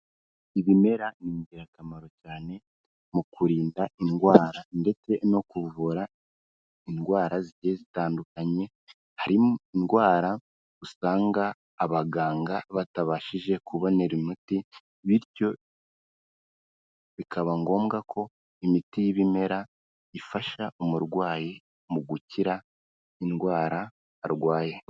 Ibimera ni ingirakamaro cyane mu kurinda indwara ndetse no kuvura indwara zigiye zitandukanye, hari indwara usanga abaganga batabashije kubonera imiti bityo bikaba ngombwa ko imiti y'ibimera ifasha umurwayi mu gukira indwara arwaye.